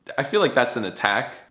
i feel like that's an attack.